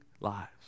lives